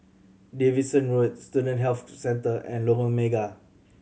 Davidson Road Student Health Centre and Lorong Mega